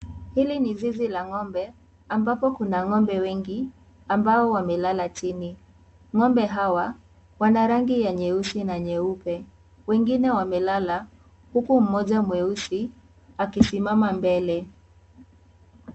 Hili ni zizi la ngombe ambapo kuna ngombe wengi ambao wamelala chini ngombe hawa wana rangi ya nyeusi na nyeupe wengine wamelala huku mmoja mweusi akisimama mbele.